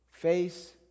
Face